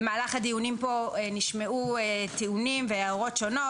בדיונים כאן נשמעו טיעונים והערות שונות.